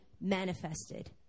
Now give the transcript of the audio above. manifested